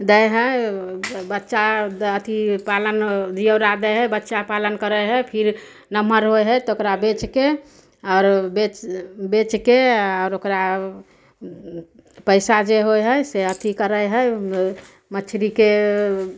दै है बच्चा अथी पालन जीयौरा दै है बच्चा पालन करै है फिर नमहर होइ है तऽ ओकरा बेचके आओर बेच बेचके आओर ओकरा पैसा जे होइ है से अथी करै है मछरीके